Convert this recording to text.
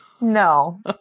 No